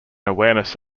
awareness